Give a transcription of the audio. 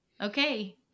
Okay